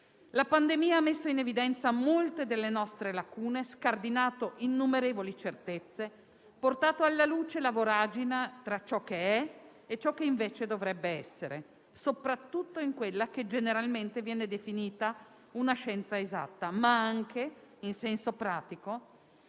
La pandemia ha messo in evidenza molte delle nostre lacune, scardinato innumerevoli certezze, portato alla luce la voragine tra ciò che è e ciò che invece dovrebbe essere, soprattutto in quella che generalmente viene definita una scienza esatta, ma anche, in senso pratico,